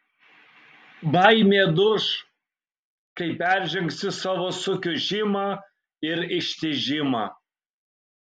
baimė duš kai peržengsi savo sukiužimą ir ištižimą